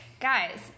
Guys